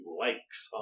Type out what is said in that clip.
likes